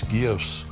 gifts